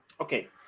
Okay